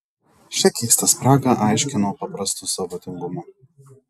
šią keistą spragą aiškinau paprastu savo tingumu